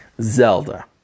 Zelda